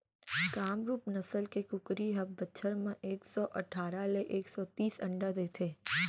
कामरूप नसल के कुकरी ह बछर म एक सौ अठारा ले एक सौ तीस अंडा देथे